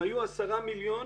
אם היו 10 מיליון,